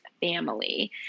family